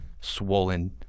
swollen